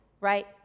right